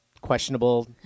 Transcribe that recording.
questionable